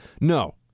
No